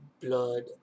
Blood